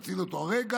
נציל אותו הרגע.